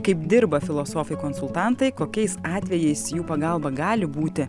kaip dirba filosofai konsultantai kokiais atvejais jų pagalba gali būti